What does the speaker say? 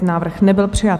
Návrh nebyl přijat.